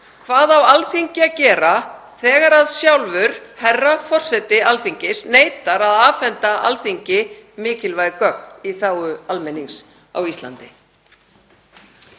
Hvað á Alþingi að gera þegar sjálfur herra forseti Alþingis neitar að afhenda Alþingi mikilvæg gögn í þágu almennings á Íslandi?